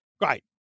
great